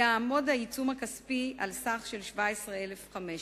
יעמוד העיצום הכספי על סך של 17,500